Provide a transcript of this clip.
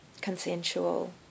consensual